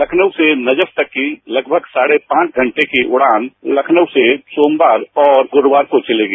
लखनऊ से नजफ तक की लगभग साढ़े पांच घंटेकी उड़ान लखनऊ से सोमवार और गुरूवार को चलेगी